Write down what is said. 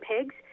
pigs